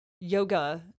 yoga